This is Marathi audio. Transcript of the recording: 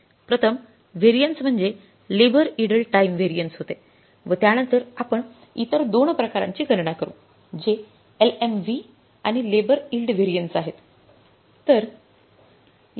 प्रथम व्हॅरियन्स म्हणजे लेबर इडल टाइम व्हॅरियन्स होते व त्यानंतर आपण इतर 2 प्रकारांची गणना करू जे LMV आणि लेबर इल्ड व्हॅरियन्स आहेत